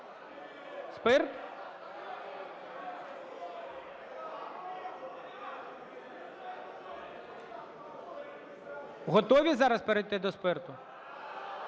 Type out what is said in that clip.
Готові зараз перейти до спирту?